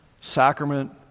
sacrament